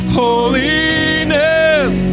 holiness